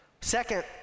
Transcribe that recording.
Second